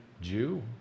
Jew